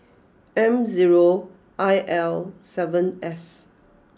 M zero I L seven S